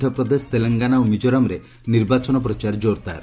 ମଧ୍ୟପ୍ରଦେଶ ତେଲଙ୍ଗାନା ଓ ମିକୋରାମ୍ରେ ନିର୍ବାଚନ ପ୍ରଚାର ଜୋର୍ଦାର୍